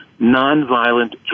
nonviolent